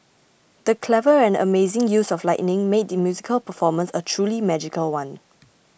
the clever and amazing use of lighting made the musical performance a truly magical one